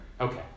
Okay